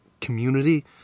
community